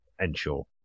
ensure